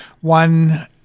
One